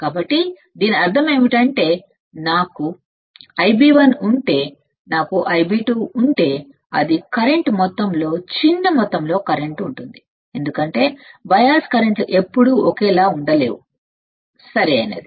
కాబట్టి దీని అర్థం ఏమిటంటే ఒకవేళ నా వద్ద Ib1 Ib2 ఉంటే చిన్న మొత్తంలో కరెంట్ ఉంటుంది ఎందుకంటే బయాస్ కరెంట్ లు ఎప్పుడూ ఒకేలా ఉండలేవు సరియైనది